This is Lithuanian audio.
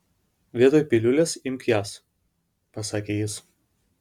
vietoj piliulės imk jas pasakė jis